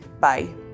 Bye